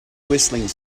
whistling